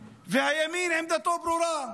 והימין, עמדתו ברורה,